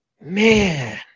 man